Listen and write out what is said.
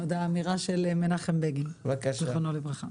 זאת האמירה של מנחם בגין, זיכרונו לברכה.